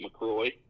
McCroy